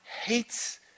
hates